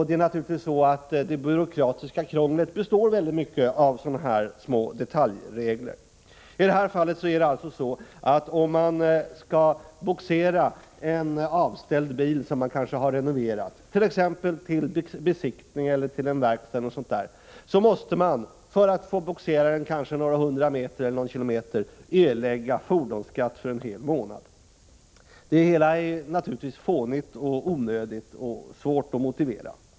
Det byråkratiska krånglet består till stor del av sådana här små detaljregler. I detta fall är det alltså så att om man skall bogsera en avställd bil, som man kanske har renoverat, t.ex. till besiktning eller en verkstad, måste man för en bogsering på några hundra meter eller någon kilometer erlägga fordonsskatt för en hel månad. Det hela är naturligtvis fånigt och onödigt, och det är svårt att motivera.